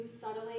Subtly